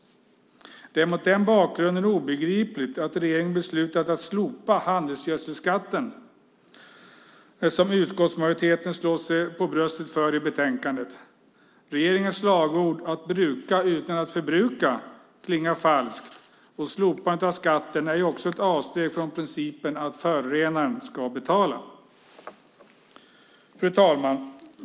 Det är mot den bakgrunden obegripligt att regeringen beslutat att slopa handelsgödselskatten, som utskottsmajoriteten slår sig för bröstet för i betänkandet. Regeringens slagord att bruka utan att förbruka klingar falskt, och slopandet av skatten är ett avsteg från principen att förorenaren ska betala. Fru talman!